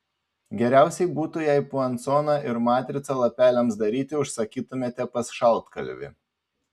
geriausiai būtų jei puansoną ir matricą lapeliams daryti užsakytumėte pas šaltkalvį